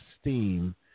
steam